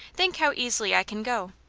think how easily i can go!